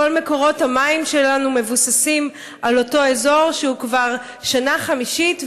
כל מקורות המים שלנו מבוססים על אותו אזור שהוא כבר שנה חמישית,